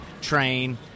train